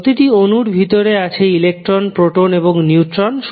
প্রতিটি অণুর ভিতরে আছে ইলেকট্রন প্রোটন এবং neutron electrons protons and neutrons